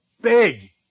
big